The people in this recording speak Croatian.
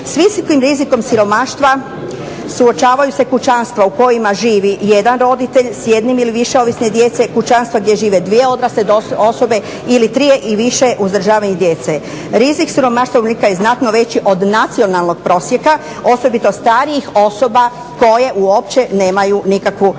S visokim rizikom siromaštva suočavaju se kućanstva u kojima živi jedan roditelj s jednim ili više ovisne djece, kućanstva gdje žive dvije odrasle osobe ili tri i više uzdržavanih djece. Rizik siromaštva … je znatno veći od nacionalnog prosjeka, osobito starijih osoba koje uopće nemaju nikakvu mirovinu.